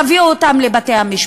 תביאו אותם לבתי-משפט.